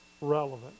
relevant